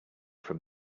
from